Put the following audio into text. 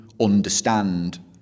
understand